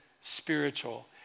spiritual